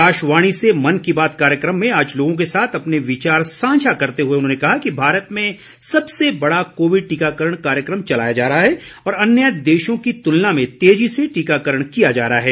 आकाशवाणी से मन की बात कार्यक्रम में आज लोगों के साथ अपने विचार साझा करते हुए उन्होंने कहा कि भारत में सबसे बडा कोविड टीकाकरण कार्यक्रम चलाया जा रहा है और अन्य देशों की तुलना में तेजी से टीकाकरण किया जा रहा है